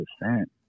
percent